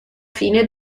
fine